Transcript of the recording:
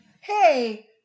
hey